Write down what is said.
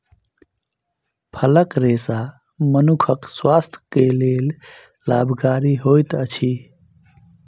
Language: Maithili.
फलक रेशा मनुखक स्वास्थ्य के लेल लाभकारी होइत अछि